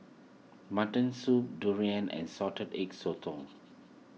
Mutton Soup Durian and Salted Egg Sotong